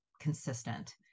consistent